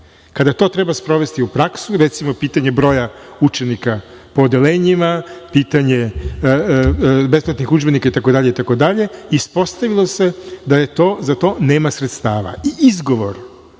Kada to treba sprovesti u praksu, recimo pitanje broja učenika po odeljenjima, pitanje besplatnih udžbenika itd, ispostavilo se da za to nema sredstava.